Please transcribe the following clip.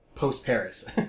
Post-Paris